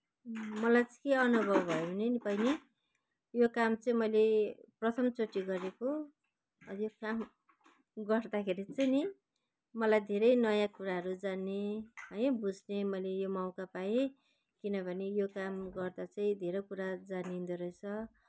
मलाई चाहिँ के अनुभव भयो भने नि बैनी यो काम चाहिँ मैले प्रथमचोटि गरेको हो अनि यो काम गर्दाखेरि चाहिँ नि मलाई धेरै नयाँ कुराहरू जान्ने है बुझ्ने मैले यो मौका पाएँ किनभने यो काम गर्दा चाहिँ धेरै कुराहरू जानिँदोरहेछ